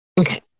Okay